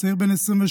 צעיר בן 27,